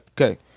Okay